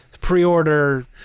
pre-order